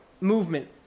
movement